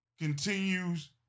continues